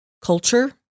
culture